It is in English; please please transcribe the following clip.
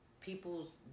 people's